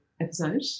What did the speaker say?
episode